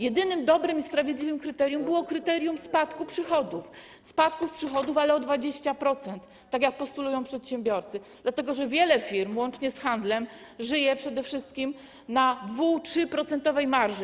Jedynym dobrym i sprawiedliwym kryterium było kryterium spadku przychodów, ale o 20%, tak jak postulują przedsiębiorcy, dlatego że wiele firm, łącznie z handlem, żyje przede wszystkim na 2–3-procentowej marży.